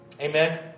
Amen